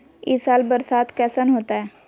ई साल बरसात कैसन होतय?